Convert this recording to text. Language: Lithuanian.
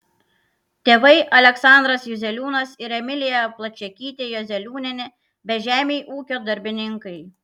tėvai aleksandras juzeliūnas ir emilija plačiakytė juzeliūnienė bežemiai ūkio darbininkai